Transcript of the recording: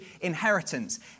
inheritance